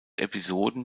episoden